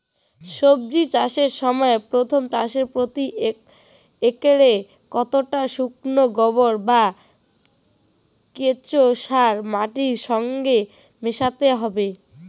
সবজি চাষের সময় প্রথম চাষে প্রতি একরে কতটা শুকনো গোবর বা কেঁচো সার মাটির সঙ্গে মেশাতে হবে?